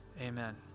Amen